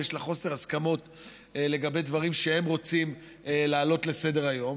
ויש בה חוסר הסכמה לגבי דברים שהם רוצים להעלות לסדר-היום.